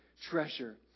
treasure